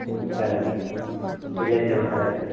సరే madam bill వేసేయమంటారా అయితే